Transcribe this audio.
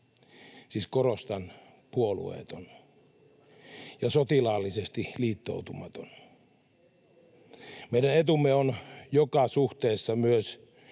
siis korostan: puolueeton — ja sotilaallisesti liittoutumaton. Meidän etumme on joka suhteessa, myös